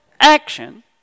action